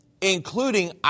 including